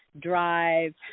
drive